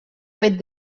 fet